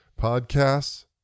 Podcasts